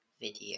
video